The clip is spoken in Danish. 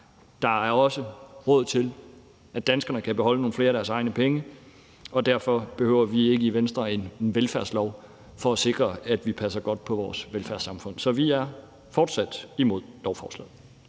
Der er også råd til, at danskerne kan beholde nogle flere af deres egne penge, og derfor behøver vi ikke i Venstre en velfærdslov for at sikre, at vi passer godt på vores velfærdssamfund. Så vi er fortsat imod lovforslaget.